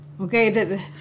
okay